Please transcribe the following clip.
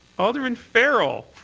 alderman farrell.